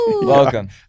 Welcome